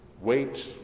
wait